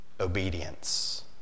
obedience